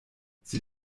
sie